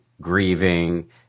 grieving